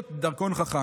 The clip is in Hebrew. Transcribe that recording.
מי שיש לו דרכון חכם.